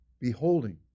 Beholding